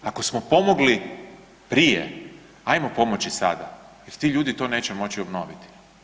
Ako smo pomogli prije, hajmo pomoći i sada jer ti ljudi to neće moći obnoviti.